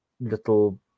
little